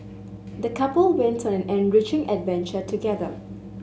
the couple went on an enriching adventure together